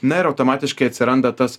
na ir automatiškai atsiranda tas